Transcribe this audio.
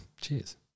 cheers